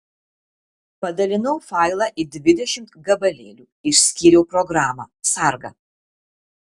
padalinau failą į dvidešimt gabalėlių išskyriau programą sargą